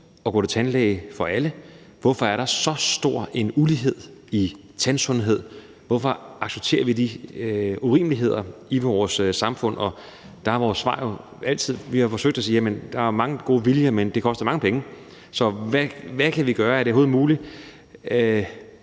at gå til tandlæge for alle, hvorfor der er så stor en ulighed i tandsundhed, hvorfor vi accepterer de urimeligheder i vores samfund, har været rejst. Og det har vi forsøgt at svare på ved at sige, at der jo er meget god vilje, men det koster også mange penge. Så hvad kan vi gøre, og er det overhovedet muligt